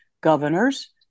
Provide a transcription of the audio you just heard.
governors